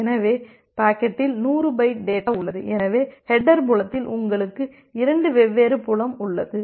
எனவே பாக்கெட்டில் 100 byte data உள்ளது எனவே ஹேட்டர் புலத்தில் உங்களுக்கு 2 வெவ்வேறு புலம் உள்ளது